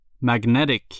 magnetic